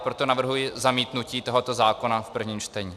Proto navrhuji zamítnutí tohoto zákona v prvním čtení.